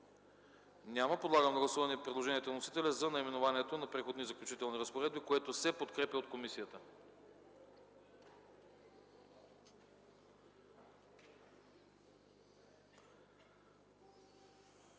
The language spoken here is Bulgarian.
Няма. Подлагам на гласуване предложението на вносителя за наименованието на подразделението „Преходни и заключителни разпоредби”, което се подкрепя от комисията.